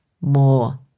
more